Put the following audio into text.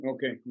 Okay